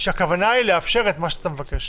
שהכוונה היא לאפשר את מה שאתה מבקש.